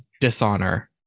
dishonor